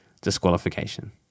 disqualification